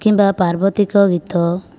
କିମ୍ବା ପାର୍ବତୀ ଙ୍କ ଗୀତ